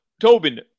Tobin –